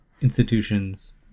institutions